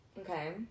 Okay